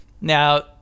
Now